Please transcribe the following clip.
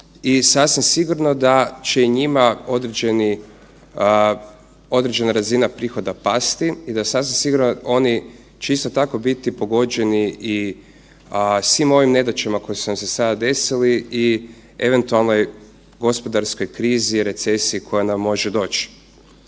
i sasvim sigurno da će njima određena razina prihoda pasti i da sasvim sigurno će oni isto tako biti pogođeni svim ovim nedaćama koje su nam se sada desile i eventualnoj gospodarskoj krizi, recesiji koja nam može doć.